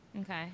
Okay